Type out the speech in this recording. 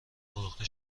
فروخته